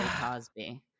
Cosby